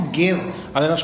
give